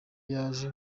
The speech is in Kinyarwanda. yaje